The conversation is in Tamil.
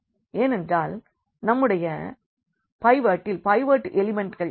ஏனென்றால் நம்முடைய பைவோட்டில் பைவோட் எலிமெண்ட்கள் என்ன